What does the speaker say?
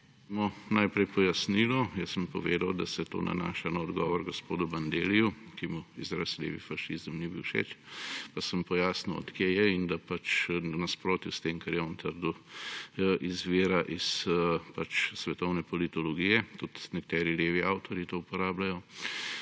Najprej pojasnilo. Povedal sem, da se to nanaša na odgovor gospodu Bandelliju, ki mu izraz levi fašizem ni bil všeč. Pa sem pojasnil, od kod je in da pač v nasprotju s tem, kar je on trdil, izvira iz svetovne politologije. Tudi nekateri levi avtorji to uporabljajo.